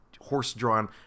horse-drawn